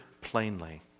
plainly